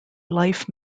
life